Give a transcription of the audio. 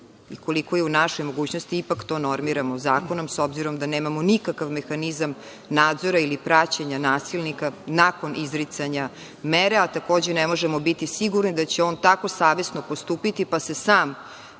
koliko je u našoj mogućnosti, ipak to normiramo zakonom, s obzirom da nemamo nikakav mehanizam nadzora ili praćenja nasilnika nakon izricanja mere, a takođe ne možemo biti sigurni da će on tako savesno postupiti, pa se sam